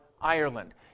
Ireland